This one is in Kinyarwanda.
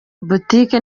boutique